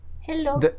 Hello